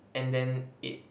and then it